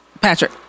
Patrick